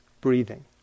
breathing